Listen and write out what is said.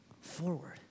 forward